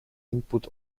input